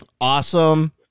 Awesome